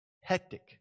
hectic